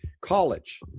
College